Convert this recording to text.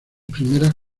primeras